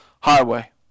highway